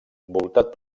voltat